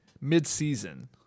mid-season